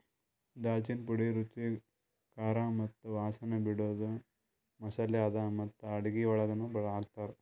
ದಾಲ್ಚಿನ್ನಿ ಪುಡಿ ರುಚಿ, ಖಾರ ಮತ್ತ ವಾಸನೆ ಬಿಡದು ಮಸಾಲೆ ಅದಾ ಮತ್ತ ಅಡುಗಿ ಒಳಗನು ಹಾಕ್ತಾರ್